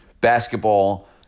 Basketball